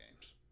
games